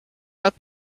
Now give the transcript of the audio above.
out